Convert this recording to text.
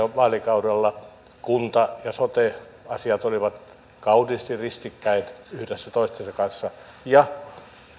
vaalikaudella kunta ja sote asiat olivat kauniisti ristikkäin yhdessä toistensa kanssa ja